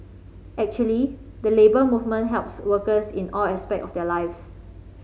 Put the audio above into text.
actually the Labour Movement helps workers in all aspects of their lives